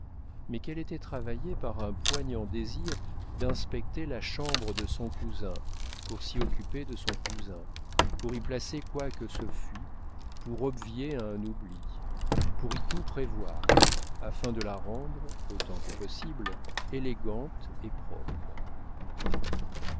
mais qu'elle était travaillée par un poignant désir d'inspecter la chambre de son cousin pour s'y occuper de son cousin pour y placer quoi que ce fût pour obvier à un oubli pour y tout prévoir afin de la rendre autant que possible élégante et propre